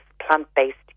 plant-based